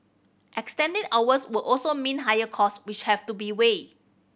extending hours would also mean higher cost which have to be weighed